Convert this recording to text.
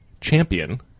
champion